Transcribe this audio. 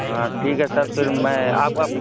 ہاں ٹھیک ہے سر پھر میں آپ